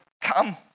come